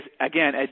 again